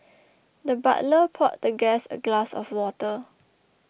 the butler poured the guest a glass of water